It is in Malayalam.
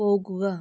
പോകുക